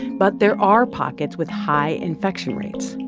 but there are pockets with high infection rates,